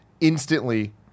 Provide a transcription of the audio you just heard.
instantly